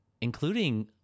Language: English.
including